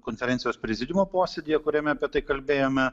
konferencijos prezidiumo posėdyje kuriame apie tai kalbėjome